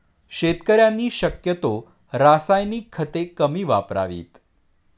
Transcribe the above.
शेतकऱ्यांनी शक्यतो रासायनिक खते कमी वापरावीत